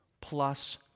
plus